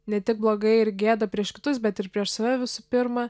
ne tik blogai ir gėda prieš kitus bet ir prieš save visų pirma